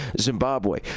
Zimbabwe